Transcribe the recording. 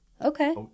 Okay